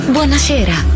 Buonasera